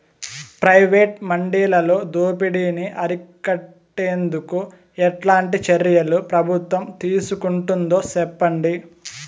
Private మండీలలో దోపిడీ ని అరికట్టేందుకు ఎట్లాంటి చర్యలు ప్రభుత్వం తీసుకుంటుందో చెప్పండి?